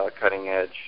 cutting-edge